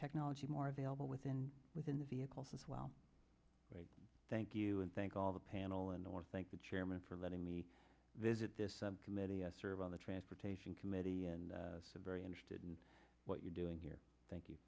technology more available within within the vehicles as well thank you and thank all the panel and or thank the chairman for letting me visit this committee i serve on the transportation committee and some very interested in what you're doing here thank you